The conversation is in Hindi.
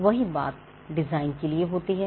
वही बात डिजाइन के लिए होती है